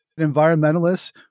environmentalists